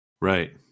Right